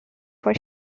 for